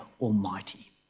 Almighty